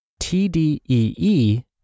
TDEE